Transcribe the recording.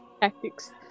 tactics